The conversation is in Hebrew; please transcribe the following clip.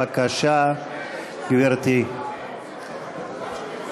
בבקשה, גברתי.